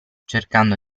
cercando